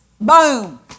Boom